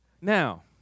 Now